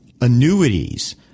annuities